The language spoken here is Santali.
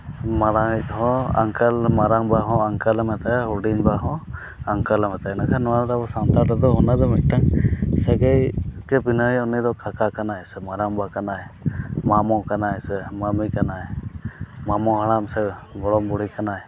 ᱢᱟᱨᱟᱝ ᱤᱡ ᱦᱚᱸ ᱟᱝᱠᱮᱞ ᱢᱟᱨᱟᱝᱵᱟ ᱦᱚᱸ ᱟᱝᱠᱮᱞᱮ ᱢᱮᱛᱟᱭᱟ ᱦᱩᱰᱤᱧᱵᱟ ᱦᱚᱸ ᱟᱝᱠᱮᱞᱮ ᱢᱮᱛᱟᱭᱟ ᱤᱱᱟᱹ ᱠᱷᱟᱱ ᱱᱚᱣᱟ ᱫᱚ ᱥᱟᱱᱛᱟᱲ ᱨᱮᱫᱚ ᱚᱱᱟᱫᱚ ᱢᱤᱫᱴᱟᱝ ᱥᱟᱹᱜᱟᱹᱭ ᱜᱮ ᱵᱷᱤᱱᱟᱹᱭᱟ ᱩᱱᱤ ᱫᱚ ᱠᱟᱠᱟ ᱠᱟᱱᱟᱭ ᱥᱮ ᱢᱟᱨᱟᱝᱵᱟ ᱠᱟᱱᱟᱭ ᱢᱟᱢᱚ ᱠᱟᱱᱟᱭ ᱥᱮ ᱢᱟᱹᱢᱤ ᱠᱟᱱᱟᱭ ᱢᱟᱢᱚ ᱦᱟᱲᱟᱢ ᱥᱮ ᱜᱚᱲᱚᱢ ᱵᱩᱲᱦᱤ ᱠᱟᱱᱟᱭ